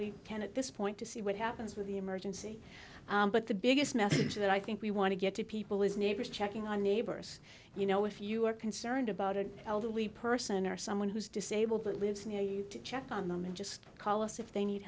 we can at this point to see what happens with the emergency but the biggest message that i think we want to get to people is neighbors checking on neighbors you know if you are concerned about an elderly person or someone who's disabled or lives near you check on them and just call us if they need